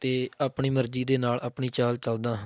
ਅਤੇ ਆਪਣੀ ਮਰਜ਼ੀ ਦੇ ਨਾਲ ਆਪਣੀ ਚਾਲ ਚੱਲਦਾ ਹਾਂ